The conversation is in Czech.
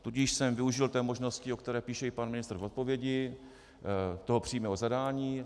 Tudíž jsem využil té možnosti, o které píše i pan ministr v odpovědi, toho přímého zadání.